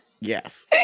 Yes